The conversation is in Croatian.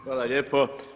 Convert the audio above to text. Hvala lijepo.